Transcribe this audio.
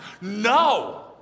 No